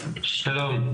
שלום.